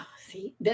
See